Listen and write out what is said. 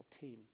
team